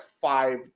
five